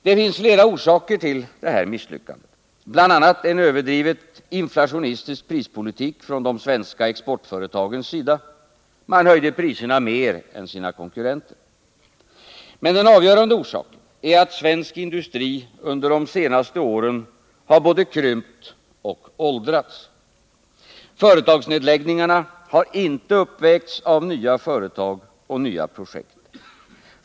Det finns flera orsaker till det här misslyckandet, bl.a. en överdrivet inflationistisk prispolitik från de svenska exportföretagens sida — man höjde priserna mer än sina konkurrenter. Men den avgörande orsaken är att svensk industri under de senaste åren har både krympt och åldrats. Företagsnedläggningarna har inte uppvägts av nya företag och nya projekt.